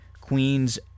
Queens